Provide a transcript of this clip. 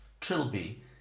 trilby